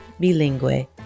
bilingüe